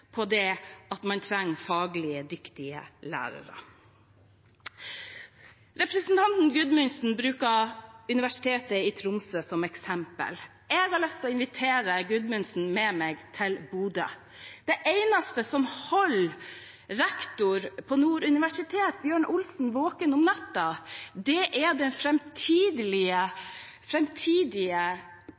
lett på at man trenger faglig dyktige lærere. Representanten Gudmundsen bruker Universitetet i Tromsø som eksempel. Jeg har lyst til å invitere Gudmundsen med meg til Bodø. Det eneste som holder rektor på Nord universitet, Bjørn Olsen, våken om natta, er den